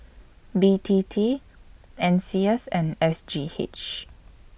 B T T N C S and S G H